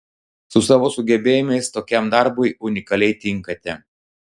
su savo sugebėjimais tokiam darbui unikaliai tinkate